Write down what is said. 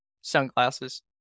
Sunglasses